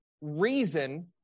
reason